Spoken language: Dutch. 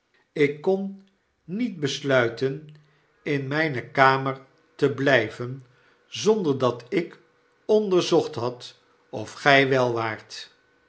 ik kon niet besluiten inmyne een nachtelijk bezoek kamer te bly ven zonder dat ik onderzocht had of gij wel waart